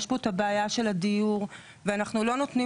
יש פה את הבעיה של הדיור .ואנחנו לא נותנים